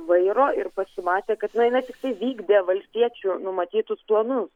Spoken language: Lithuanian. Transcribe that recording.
vairo ir pasimatė kad jinai tiktai vykdė valstiečių numatytus planus